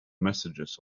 messages